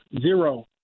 zero